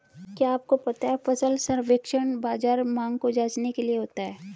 क्या आपको पता है फसल सर्वेक्षण बाज़ार मांग को जांचने के लिए होता है?